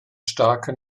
starke